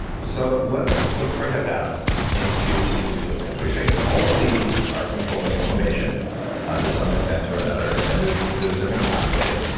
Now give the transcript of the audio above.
so let's let's break that down into individual things. what you're saying is all of these are controlling inflammation to some extent or another, and there's there's different pathways.